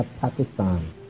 Pakistan